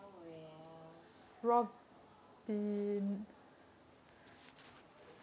oh wells